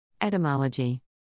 Etymology